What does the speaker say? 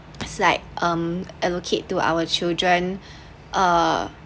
is like um allocate to our children err